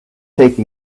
take